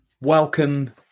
welcome